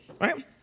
right